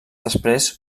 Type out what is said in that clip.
després